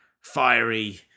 fiery